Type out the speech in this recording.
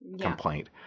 complaint